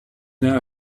now